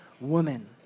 woman